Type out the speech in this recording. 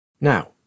Now